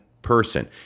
person